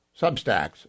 substacks